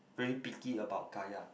very picky about kaya